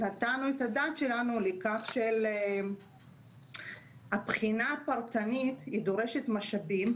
נתנו את הדעת שלנו לכך שהבחינה הפרטנית היא דורשת משאבים,